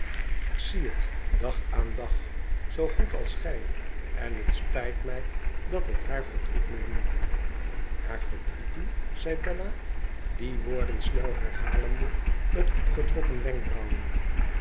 ik zie het dag aan dag zoo goed als gij en het spijt mij dat ik haar verdriet moet doen haar verdriet doen zei bella die woorden snel herhalende met opgetrokken wenkbrauwen